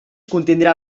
contindrà